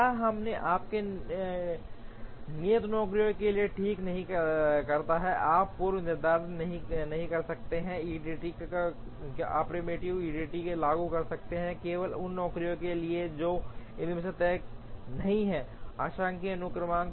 यहाँ हमें आपको नियत नौकरियों के लिए ठीक नहीं करना है आप पूर्व निर्धारित नहीं कर सकते ईडीडी आप प्रीमेप्टिव ईडीडी लागू कर सकते हैं केवल उन नौकरियों के लिए जो इसमें तय नहीं हैं आंशिक अनुक्रम